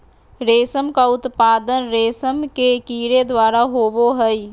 रेशम का उत्पादन रेशम के कीड़े द्वारा होबो हइ